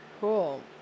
cool